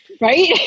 Right